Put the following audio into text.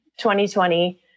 2020